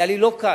היה לי לא קל.